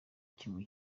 kimwe